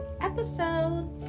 episode